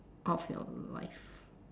of your life